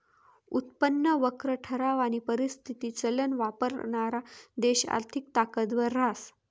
उत्पन्न वक्र ठरावानी परिस्थिती चलन वापरणारा देश आर्थिक ताकदवर रहास